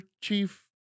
chief